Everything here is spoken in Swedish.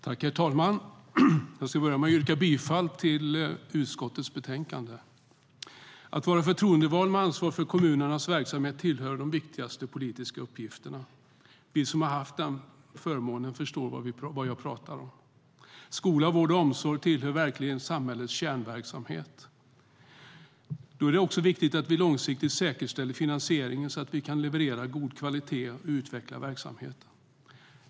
Herr talman! Jag börjar med att yrka bifall till utskottets förslag i betänkandet. Att vara förtroendevald med ansvar för kommunernas verksamhet tillhör de viktigaste politiska uppgifterna. Vi som haft den förmånen förstår vad jag pratar om. Skola, vård och omsorg tillhör verkligen samhällets kärnverksamhet. Då är det också viktigt att vi långsiktigt säkerställer finansieringen så att vi kan leverera god kvalitet och utveckla verksamheten.